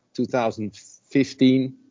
2015